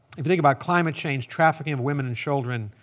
if you think about climate change, trafficking of women and children,